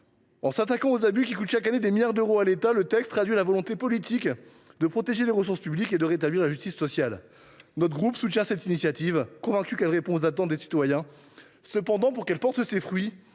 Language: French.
En s’attaquant aux abus qui coûtent chaque année des milliards d’euros à l’État, le texte traduit la volonté politique de protéger les ressources publiques et de rétablir la justice sociale. Notre groupe soutient cette initiative, convaincu qu’elle répond aux attentes des citoyens. Cependant, pour qu’elle porte ses fruits,